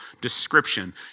description